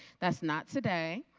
that's not today.